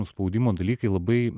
spaudimo dalykai labai